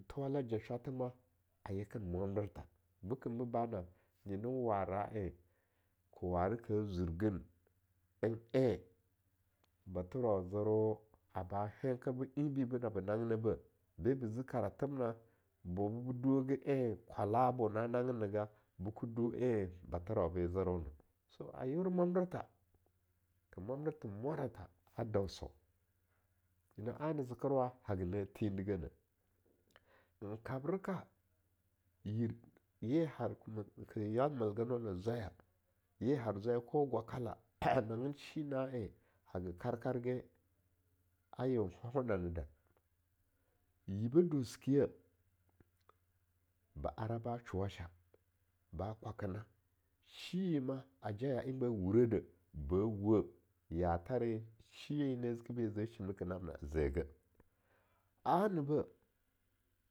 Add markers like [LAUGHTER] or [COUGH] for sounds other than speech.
Thowala ja shwathama a yeken mwamdirth, bekem bo bana, nyen wa-ra en ke ware ka zwirgin en'en bathoran zerwo a ba henker bo enbi binabe nangin beh, be bi zi koratheb na bo be bi duwage en kwala mer na nan gin ne ga, bi ke du-en bathorau be zerwona, so a yeore mwandirtha, en mwaratha a dauso, nyina aina zekerwa haka na thindigeneh kabreka, yirye har, keyal merge wa na zwaya, ye har zwe ko gwaka la [NOISE] anam shi na en haka korkarge a yeon honalda yibeh dosikiye ba ara ba shuwa sham ba kwakina shiye ma a jaya en ba wurehnedeh ba wue, ya thare shiye na zikibi ze na'amna a zegeh a'amna ba.